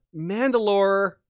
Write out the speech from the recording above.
Mandalore